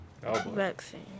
Vaccine